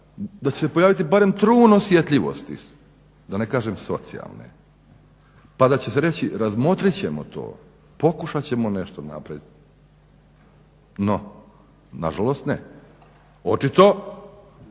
se će se pojaviti barem trun osjetljivosti, da ne kažem socijalne. Pa da će se reći, razmotrit ćemo to, pokušat ćemo nešto napraviti. No, nažalost ne, očito